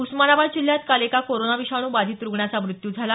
उस्मानाबाद जिल्ह्यात काल एका कोरोना विषाणू बाधित रुग्णाचा मृत्यू झाला